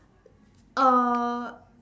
uh